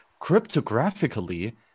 cryptographically